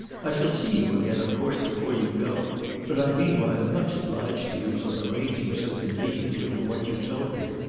i shall see you again of course before you go but i'm meanwhile much obliged to you for arranging so conveniently for what you've told me.